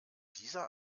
dieser